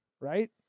right